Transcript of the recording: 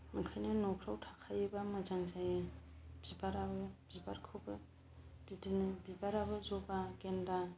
ओंखायनो न'फ्राव थाखायोबा मोजां जायो बिबाराबो बिबारखौबो बिदिनो बिबाराबो जबा गेन्दा